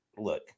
look